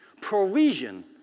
Provision